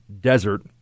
desert